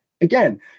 Again